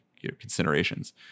considerations